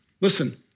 Listen